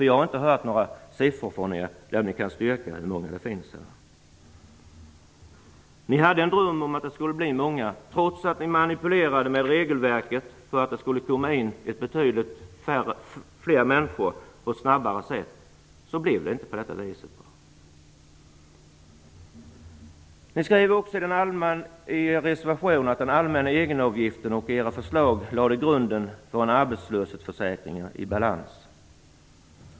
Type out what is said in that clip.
Jag har inte hört några siffror från er som kan styrka hur många det är. Ni hade en dröm om att det skulle bli många. Trots att ni manipulerade med regelverket för att det skulle komma in betydligt fler människor på ett snabbare sätt blev det inte på det viset. Ni skriver också i er reservation att den allmänna egenavgiften och era förslag lade grunden för en arbetslöshetsförsäkring i balans.